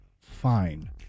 fine